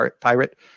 pirate